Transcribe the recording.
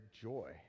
joy